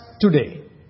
today